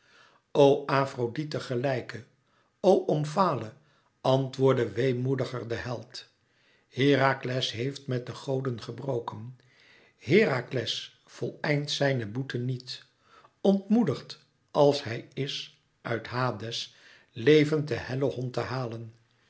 o afrodite gelijke o omfale antwoordde weemoediger de held herakles heeft met de goden gebroken herakles voleindt zijne boete niet ontmoedigd als hij is uit hades levend den helhond te halen